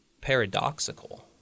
paradoxical